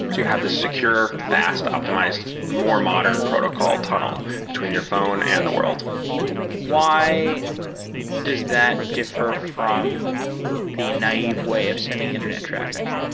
you have this secure, fast, optimized, more modern protocol tunnel between your phone and the world why does that differ from the naive way of sending internet traffic?